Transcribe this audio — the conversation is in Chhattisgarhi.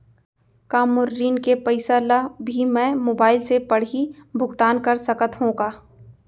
का मोर ऋण के पइसा ल भी मैं मोबाइल से पड़ही भुगतान कर सकत हो का?